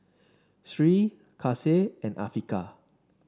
Sri Kasih and Afiqah